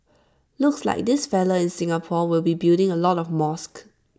looks like this fellow in Singapore will be building A lot of mosques